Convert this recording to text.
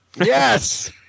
Yes